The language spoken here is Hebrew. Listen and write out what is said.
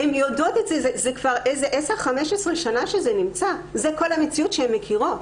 זה כבר 10-15 שנים שזה כך וזאת כל המציאות שהן מכירות.